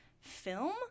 film